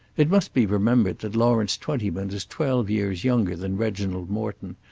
it must be remembered that lawrence twentyman was twelve years younger than reginald morton,